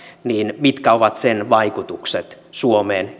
mitkä ovat sen vaikutukset suomeen